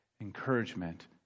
encouragement